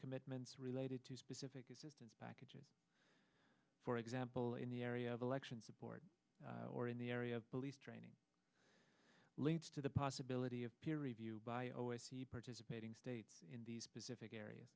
commitments related to specific assistance packages for example in the area of election support or in the area of police training leads to the possibility of peer review by always participating state in these specific area